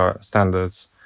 standards